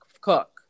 cook